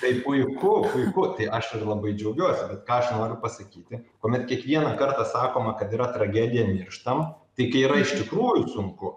tai puiku puiku tai aš ir labai džiaugiuosi bet ką aš noriu pasakyti kuomet kiekvieną kartą sakoma kad yra tragedija mirštam tai kai yra iš tikrųjų sunku